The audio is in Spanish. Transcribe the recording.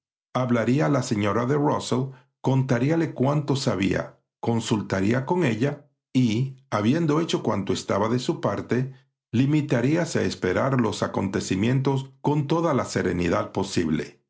hablaría a la señora de rusell contar ale cuanto sabía consultaría con ella y habiendo hecho cuanto estaba de su parte limitaríase a esperar los acontecimientos con toda la serenidad posible